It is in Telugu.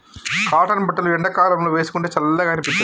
కాటన్ బట్టలు ఎండాకాలం లో వేసుకుంటే చల్లగా అనిపిత్తది